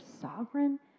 sovereign